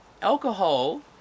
Alcohol